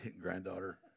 granddaughter